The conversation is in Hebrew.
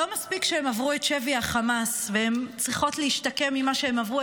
לא מספיק שהן עברו את שבי החמאס והן צריכות להשתקם ממה שהן עברו,